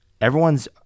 Everyone's